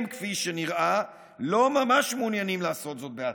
הם, כפי שנראה, לא ממש מעוניינים לעשות זאת בעצמם.